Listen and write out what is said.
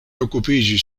okupiĝis